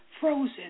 frozen